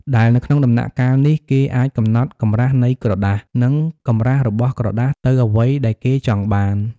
ដែលនៅក្នុងដំណាក់កាលនេះគេអាចកំណត់កម្រាសនៃក្រដាស និងកម្រាស់របស់ក្រដាសទៅអ្វីដែលគេចង់បាន។